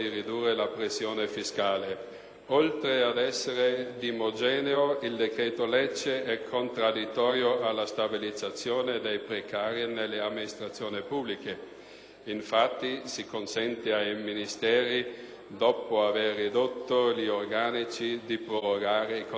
Oltre ad essere disomogeneo, il decreto-legge è contraddittorio rispetto alla stabilizzazione dei precari nelle amministrazioni pubbliche: infatti, si consente ai Ministeri, dopo aver ridotto gli organici, di prorogare i contratti di lavoro a termine.